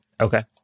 Okay